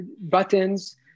buttons